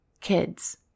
kids